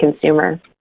consumer